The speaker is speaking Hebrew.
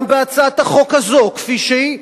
גם בהצעת החוק הזאת, כפי שהיא,